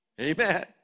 Amen